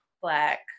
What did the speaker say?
black